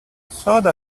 soda